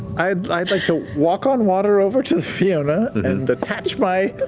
i'd i'd like to walk on water over to the fiona and attach my